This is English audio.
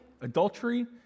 adultery